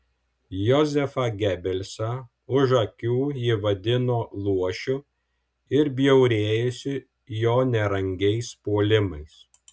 jozefą gebelsą už akių ji vadino luošiu ir bjaurėjosi jo nerangiais puolimais